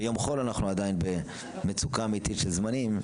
ביום חול אנחנו עדיין במצוקה אמיתית של זמנים,